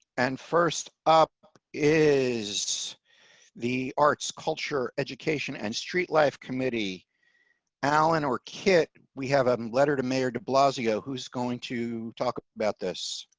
and first up is the arts, culture, education and street life committee alan or kit we have a letter to mayor de blasio who's going to talk about this.